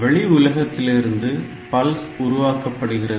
வெளி உலகத்திலிருந்து பல்ஸ் உருவாக்கப்படுகிறது